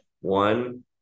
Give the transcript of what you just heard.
One